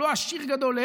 הוא לא עשיר גדול,